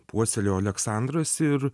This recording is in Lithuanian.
puoselėjo aleksandras ir